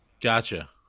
Gotcha